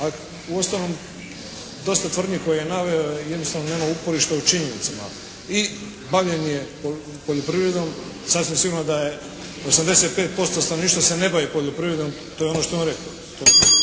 A uostalom dosta tvrdnji koje je naveo jednostavno nema uporišta u činjenicama. I bavljenje poljoprivredom sasvim sigurno da je 85% stanovništva se ne bavi poljoprivredom. To je ono što je on rekao.